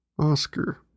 Oscar